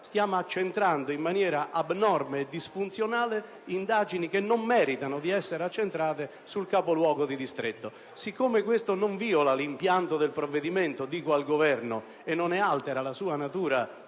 Stiamo accentrando in maniera abnorme e disfunzionale indagini che non meritano di essere accentrate sul capoluogo di distretto. Siccome ciò non viola l'impianto del provvedimento ‑ mi rivolgo al Governo ‑ e non ne altera la sua natura